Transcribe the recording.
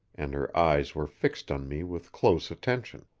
and her eyes were fixed on me with close attention.